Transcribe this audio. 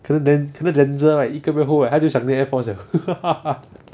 可是 den 可是 denzel right 一个月后他就想念 air force liao